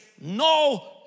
no